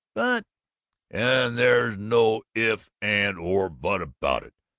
but and there's no if, and or but about it!